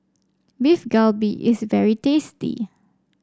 Beef Galbi is very tasty